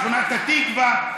שכונת התקווה,